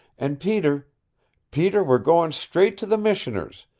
and peter peter we're going straight to the missioner's,